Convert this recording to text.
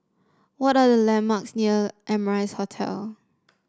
what are the landmarks near Amrise Hotel